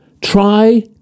Try